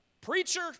Preacher